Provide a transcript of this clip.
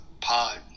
pod